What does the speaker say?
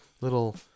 little